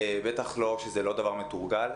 בטח לא כשזה לא דבר מתורגל.